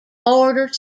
border